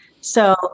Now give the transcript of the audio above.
So-